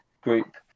group